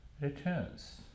returns